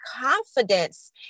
confidence